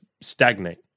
stagnate